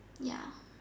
ya